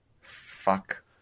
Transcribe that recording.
Fuck